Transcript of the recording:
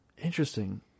interesting